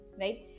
right